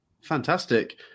Fantastic